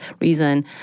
reason